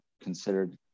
considered